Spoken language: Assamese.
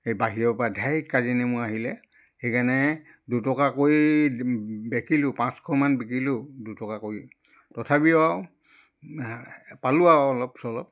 এই বাহিৰৰ পৰা ধেৰ কাজি নেমু আহিলে সেইকাৰণে দুটকা কৰি বেকিলোঁ পাঁচশমান বিকিলোঁ দুটকা কৰি তথাপিও আৰু পালোঁ আৰু অলপ চলপ